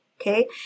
Okay